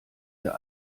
der